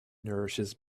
nourishes